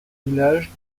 villages